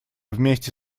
вместе